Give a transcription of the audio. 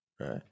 right